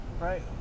right